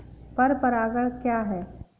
पर परागण क्या है?